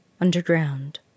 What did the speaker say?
underground